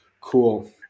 Cool